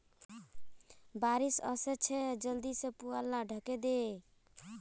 बारिश ओशो छे जल्दी से पुवाल लाक ढके दे